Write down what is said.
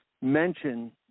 mention